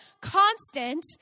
constant